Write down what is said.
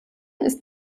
ist